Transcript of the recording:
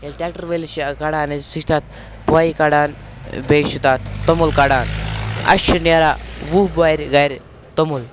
ییٚلہِ ٹرٛیٚکٹَر وٲلِس چھِ ٲں کَڑان أسۍ سُہ چھُ تَتھ پۄیہِ کَڑان بیٚیہِ چھُ تَتھ توٚمُل کَڑان اسہِ چھُ نیران وُہ بوہرِ گَھرِ توٚمُل